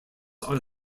are